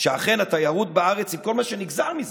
אכן, התיירות בארץ, עם כל מה שנגזר מזה,